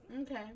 Okay